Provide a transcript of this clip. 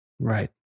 Right